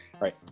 right